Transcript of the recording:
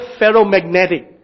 ferromagnetic